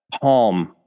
palm